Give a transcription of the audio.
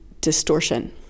distortion